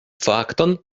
fakton